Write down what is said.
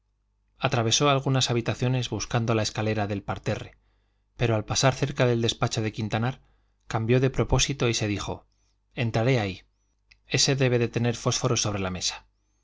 atravesó algunas habitaciones buscando la escalera del parterre pero al pasar cerca del despacho de quintanar cambió de propósito y se dijo entraré ahí ese debe de tener fósforos sobre la mesa